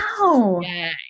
Wow